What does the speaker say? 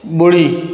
ॿुड़ी